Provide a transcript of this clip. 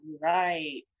Right